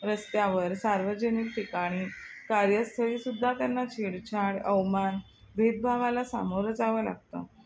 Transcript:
रस्त्यावर सार्वजनिक ठिकाणी कार्यस्थळीसुद्धा त्यांना छेडछाड अवमान भेदभावाला सामोरं जावं लागतं